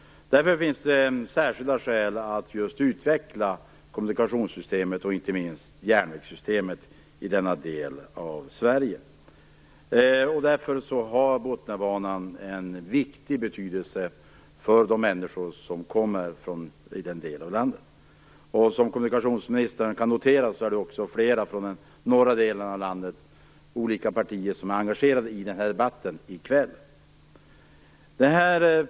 Det finns därmed särskilda skäl att utveckla kommunikationssystemet, inte minst järnvägssystemet, i denna del av Sverige. Därför har Botniabanan en stor betydelse för människorna i den delen av landet. Som kommunikationsministern kan notera är det flera företrädare för den norra delen av landet, från olika partier, som är engagerade i debatten här i kväll.